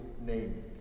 name